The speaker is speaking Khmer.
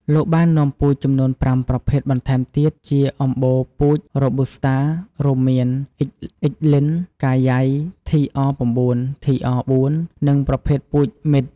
លោកបាននាំពូជចំនួន៥ប្រភេទបន្ថែមទៀតជាអម្បូពូជ រ៉ូប៊ូស្តា រួមមាន X.Lin កាយ៉ៃ TR9 TR4 និង ប្រភេទពូជMit ។